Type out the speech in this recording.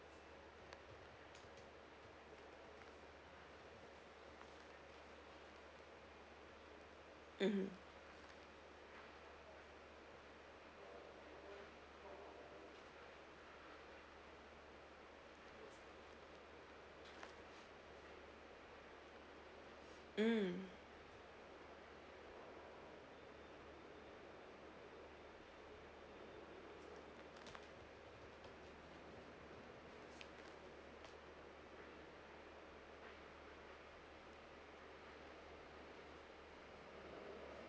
mmhmm mm